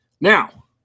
Now